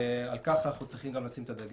ועל כך אנחנו צריכים לשים את הדגש,